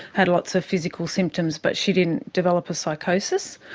had lots of physical symptoms, but she didn't develop a psychosis.